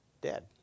dead